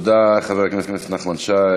תודה, חבר הכנסת נחמן שי.